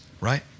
right